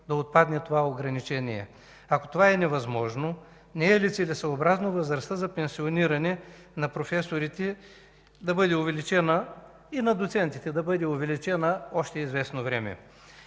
да отпадне това ограничение? Ако това е невъзможно, не е ли целесъобразно възрастта за пенсиониране на професорите и на доцентите да бъде увеличена още известно време?